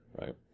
right